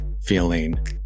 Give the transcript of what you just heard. feeling